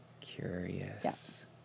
Curious